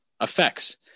effects